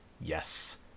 yes